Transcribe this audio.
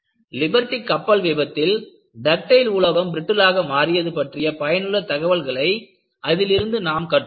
Liberty கப்பல் விபத்தில் ductile உலோகம் பிரிட்டிலாக மாறியது பற்றிய பயனுள்ள தகவல்களை அதிலிருந்து நாம் கற்றோம்